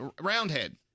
Roundhead